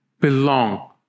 belong